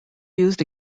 used